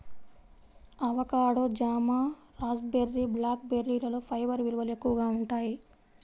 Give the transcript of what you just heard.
avocado, జామ, raspberry, black బెర్రీలలో fibre విలువలు ఎక్కువగా ఉంటాయి